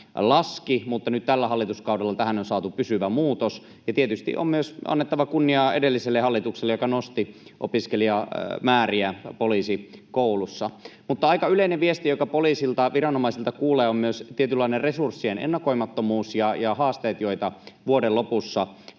mutta nyt tällä hallituskaudella tähän on saatu pysyvä muutos, ja tietysti on annettava kunniaa myös edelliselle hallitukselle, joka nosti opiskelijamääriä Poliisikoulussa. Mutta aika yleinen viesti, jonka poliisilta, viranomaisilta kuulee, on myös tietynlainen resurssien ennakoimattomuus ja haasteet, joita vuoden lopussa aina